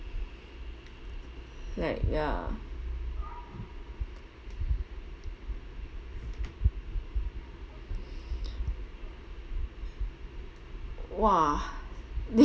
like ya !wah!